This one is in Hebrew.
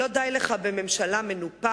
לא די לך בממשלה מנופחת?